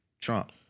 Trump